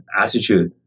attitude